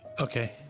Okay